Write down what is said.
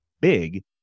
big